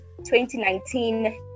2019